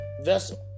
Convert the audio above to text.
vessel